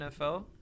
NFL